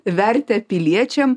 vertę piliečiam